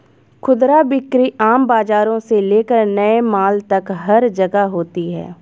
खुदरा बिक्री आम बाजारों से लेकर नए मॉल तक हर जगह होती है